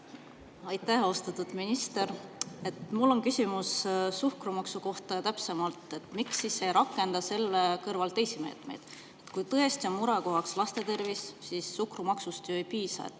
Aitäh! Austatud minister! Mul on küsimus suhkrumaksu kohta ja täpsemalt, miks ei rakendata selle kõrval teisi meetmeid. Kui tõesti on murekohaks laste tervis, siis suhkrumaksust ju ei piisa.